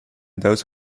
those